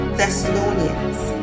Thessalonians